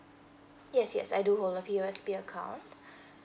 yes yes I do hold a P_O_S_B account